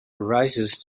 rises